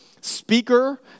speaker